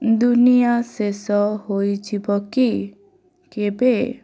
ଦୁନିଆ ଶେଷ ହୋଇଯିବ କି କେବେ